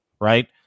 right